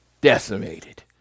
decimated